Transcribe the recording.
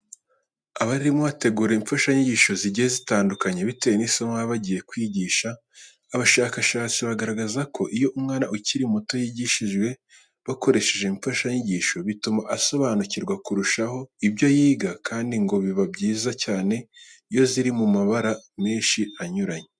Abarimu bategura imfashanyigisho zigiye zitandukanye bitewe n'isomo baba bagiye kwigisha. Abashakashatsi bagaragaza ko iyo umwana ukiri muto yigishijwe bakoresheje imfashanyigisho, bituma asobanukirwa kurushaho ibyo yiga kandi ngo biba byiza cyane iyo ziri mu mabara menshi anyuranye.